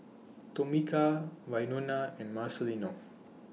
Tomika Wynona and Marcelino